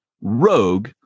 Rogue